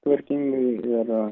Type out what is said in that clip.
tvarkingai ir